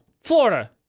Florida